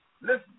Listen